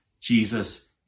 Jesus